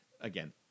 again